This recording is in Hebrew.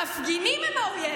המפגינים הם האויב,